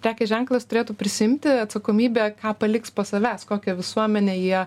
prekės ženklas turėtų prisiimti atsakomybę ką paliks po savęs kokią visuomenę jie